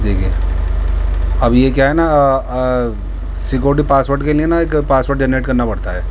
دیکھیے اب یہ کیا ہے نہ سکورٹی پاسوڈ کے لیے نہ ایک پاسوڈ جنریٹ کرنا پڑتا ہے